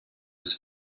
his